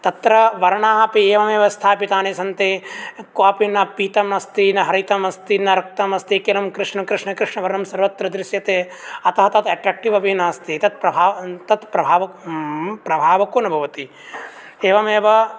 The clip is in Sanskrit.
तत्र वर्णाः अपि एवमेव स्थापितानि सन्ति क्वापि न पीतमस्ति न हरितमस्ति न रक्तमस्ति केवलं कृष्ण कृष्ण कृष्णवर्णं सर्वत्र दृश्यते अतः तत् अट्रेक्टीव् अपि नास्ति तत् प्रभावः तत् प्रभावको न भवति एवमेव